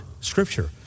scripture